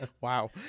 Wow